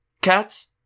Cats